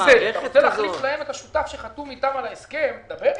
אתה רוצה להחליף להם את השותף שחתום איתם על ההסכם - דבר איתם.